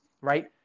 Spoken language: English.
right